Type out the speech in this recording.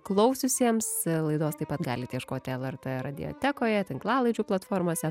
klausiusiems laidos taip pat galit ieškoti lrt radiotekoje tinklalaidžių platformose